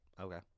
Okay